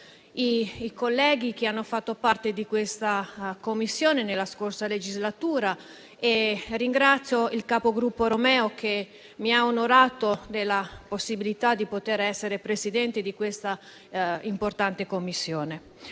i colleghi che hanno fatto parte di questa Commissione nella scorsa legislatura e ringrazio il capogruppo Romeo, che mi ha onorato della possibilità di poter essere Presidente di questa importante Commissione.